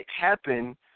happen